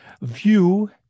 view